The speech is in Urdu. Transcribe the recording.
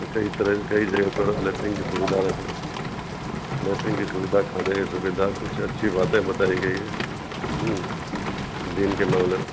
کئی طرح کئی جگہ پر لیٹرین کی سویدھا رکھے لیٹرین کی سویدھا کھانے کی سویدھا کچھ اچھی باتیں بتائی گئی ہیں دین کے معاملے میں